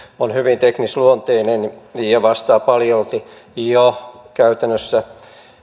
on hyvin teknisluonteinen ja vastaa paljolti jo käytännössä